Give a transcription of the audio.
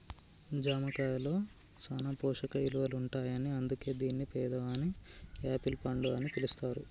జామ కాయలో సాన పోషక ఇలువలుంటాయని అందుకే దీన్ని పేదవాని యాపిల్ పండు అని పిలుస్తారు